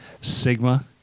Sigma